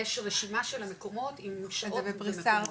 יש רשימה של מקומות עם --- בפריסה ארצית?